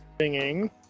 singing